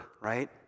right